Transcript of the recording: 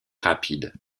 rapide